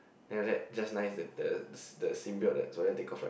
then after that just nice the the the seat belt that Joan take off right